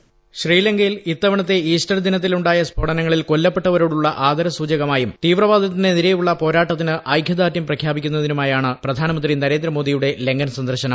voice ശ്രീലങ്കയിൽ ഇത്തവണത്തെ Easter ദിനത്തിൽ ഉണ്ടായ സ്ഫോടന ങ്ങളിൽ കൊല്ലപ്പെട്ടവരോടുള്ള ആദര സൂചകമായും തീവ്രവാദത്തിനെ തിരെയുള്ള പോരാട്ടത്തിന് ഐകൃദാർഢൃം പ്രഖ്യാപിക്കുന്നതിനുമാ യാണ് പ്രധാനമന്ത്രി നരേന്ദ്രമോദിയുടെ ലങ്കൻ സന്ദർശനം